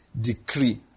decree